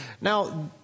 Now